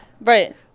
Right